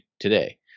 today